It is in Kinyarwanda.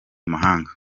mahanga